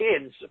kids